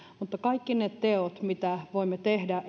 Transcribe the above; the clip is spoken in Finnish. kaikki ne teot mitä voimme tehdä